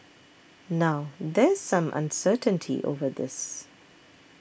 now there's some uncertainty over this